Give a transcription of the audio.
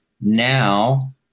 Now